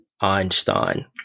Einstein